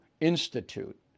Institute